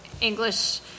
English